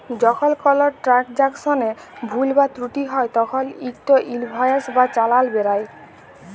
যখল কল ট্রালযাকশলে ভুল বা ত্রুটি হ্যয় তখল ইকট ইলভয়েস বা চালাল বেরাই